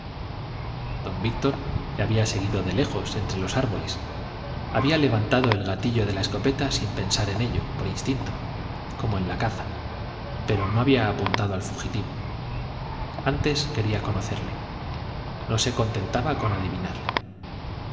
don víctor le había seguido de lejos entre los árboles había levantado el gatillo de la escopeta sin pensar en ello por instinto como en la caza pero no había apuntado al fugitivo antes quería conocerle no se contentaba con adivinarle